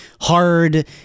hard